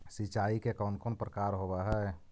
सिंचाई के कौन कौन प्रकार होव हइ?